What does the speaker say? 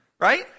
right